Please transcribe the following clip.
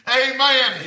amen